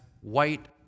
white